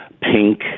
pink